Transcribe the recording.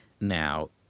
now